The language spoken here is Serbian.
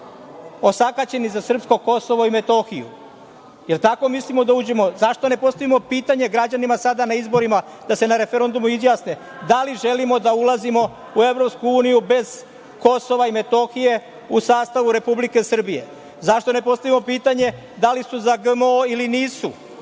Osakaćeni za srpsko Kosovo i Metohiju, jel tako mislimo da uđemo? Zašto ne postavimo pitanje građanima sada na izborima da se na referendumu izjasne da li želimo da ulazimo u EU bez KiM u sastavu Republike Srbije? Zašto ne postavimo pitanje da li su za GMO ili nisu,